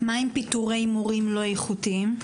מה עם פיטורי מורים לא איכותיים?